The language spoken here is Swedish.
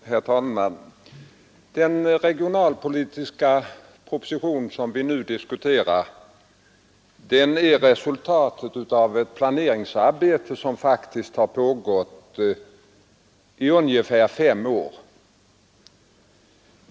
Herr talman! Den regionalpolitiska proposition som vi nu diskuterar är resultatet av ett planeringsarbete som har pågått i ungefär fem år.